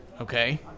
Okay